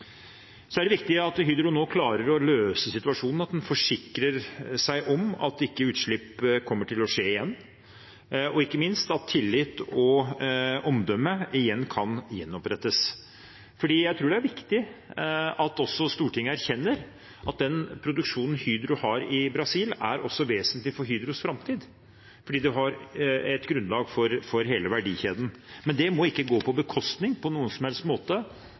Så er det viktig at Hydro nå klarer å løse situasjonen, at en forsikrer seg om at utslipp ikke kommer til å skje igjen, og ikke minst at tillit og omdømme kan gjenopprettes. Jeg tror det er viktig at også Stortinget erkjenner at den produksjonen Hydro har i Brasil, også er vesentlig for Hydros framtid, for de har et grunnlag for hele verdikjeden. Men det må ikke på noen som helst måte gå på bekostning